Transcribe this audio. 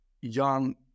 young